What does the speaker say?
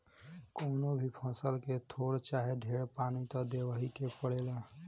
कवनो भी फसल के थोर चाहे ढेर पानी त देबही के पड़ेला